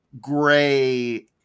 gray